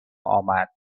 آمد